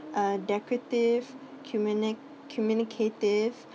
uh decorative communic~ communicative